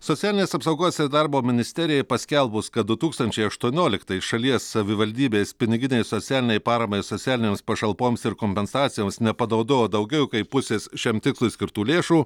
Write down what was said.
socialinės apsaugos ir darbo ministerijai paskelbus kad du tūkstančiai aštuonioliktais šalies savivaldybės piniginei socialinei paramai socialinėms pašalpoms ir kompensacijoms nepanaudojo daugiau kaip pusės šiam tikslui skirtų lėšų